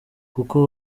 kuko